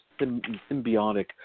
symbiotic